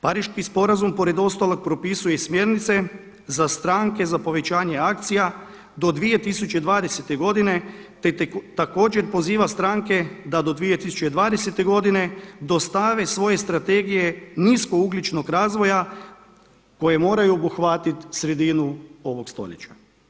Pariški sporazum pored ostalog propisuje smjernice za stranke za povećanje akcija do 2020. godine, te također poziva stranke da do 2020. godine dostave svoje strategije nisko ugljičnog razvoja koje moraju obuhvatiti sredinu ovog stoljeća.